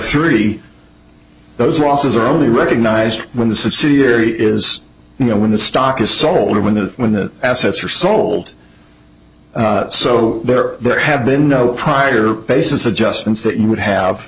three those losses are only recognized when the subsidiary is you know when the stock is sold or when the when the assets are sold so there have been no prior basis adjustments that you would